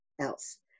else